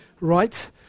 right